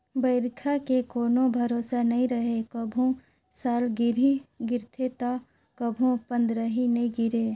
बइरखा के कोनो भरोसा नइ रहें, कभू सालगिरह गिरथे त कभू पंदरही नइ गिरे